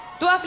Tu